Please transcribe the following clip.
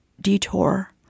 detour